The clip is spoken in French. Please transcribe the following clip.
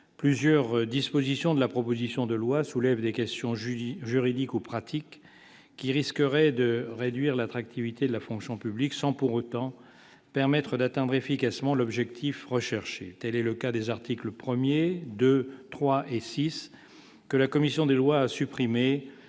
plusieurs dispositions de la proposition de loi soulève des questions Julie juridico-pratique qui risquerait de réduire l'attractivité de la fonction publique, sans pour autant permettre d'atteindre efficacement l'objectif recherché, telle le cas des articles 1er 2 3 et 6 que la commission des lois à supprimer